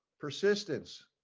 persistence